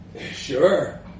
Sure